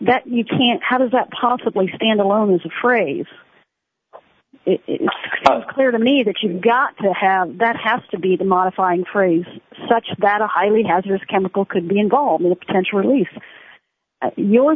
that you can't how does that possibly stand alone as the phrase is clear to me that you've got to have that has to be the modifying phrase such that a highly hazardous chemical could be involved in a potential release your